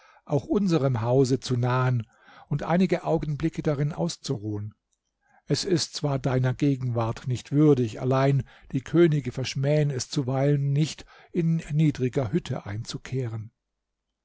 auch unsrem hause zu nahen und einige augenblicke darin auszuruhen es ist zwar deiner gegenwart nicht würdig allein die könige verschmähen es zuweilen nicht in niedriger hütte einzukehren